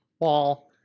wall